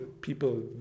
people